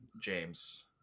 James